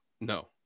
no